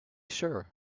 sure